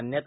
मान्यता